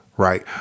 Right